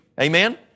Amen